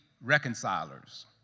reconcilers